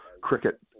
cricket